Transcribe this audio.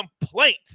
complaint